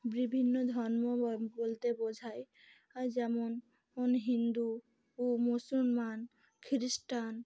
বিভিন্ন ধর্ম বলতে বোঝায় আর যেমন হিন্দু ও মুসলমান খ্রিস্টান